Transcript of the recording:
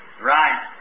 Right